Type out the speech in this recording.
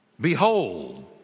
Behold